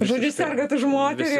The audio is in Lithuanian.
žodžiu sergat už moterį